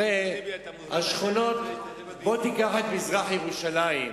בוא תיקח את מזרח-ירושלים,